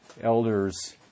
elders